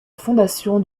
fondation